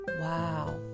Wow